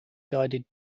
guided